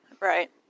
Right